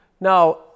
Now